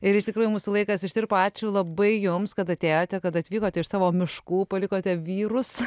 ir iš tikrųjų mūsų laikas ištirpo ačiū labai jums kad atėjote kad atvykote iš savo miškų palikote vyrus